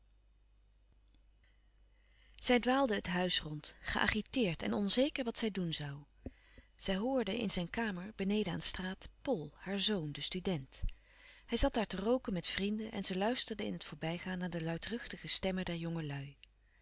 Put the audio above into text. zij dwaalde het huis rond geagiteerd en onzeker wat zij doen zoû zij hoorde in zijn kamer beneden aan straat pol haar zoon den student hij zat daar te rooken met vrienden en ze luisterde in het voorbijgaan naar de luidruchtige stemmen der jongelui